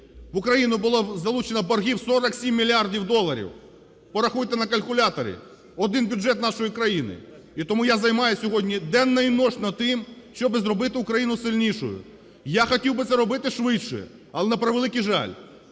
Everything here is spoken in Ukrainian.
в Україну було залучено боргів 47 мільярдів доларів. Порахуйте на калькуляторі – один бюджет нашої країни. І тому я займаюсь сьогодні денно і нічно тим, щоб зробити Україну сильнішою. Я хотів би це робити швидше, але, на превеликий жаль,